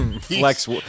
Flex